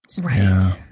Right